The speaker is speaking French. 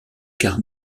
quarts